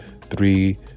three